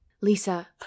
Lisa